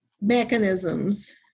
mechanisms